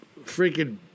freaking